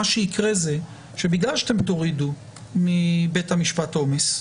מה שיקרה זה שבגלל שאתם תורידו מבית המשפט עומס,